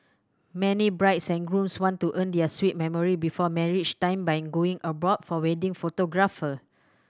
many brides and grooms want to earn their sweet memory before marriage time by going abroad for wedding photographer